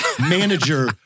manager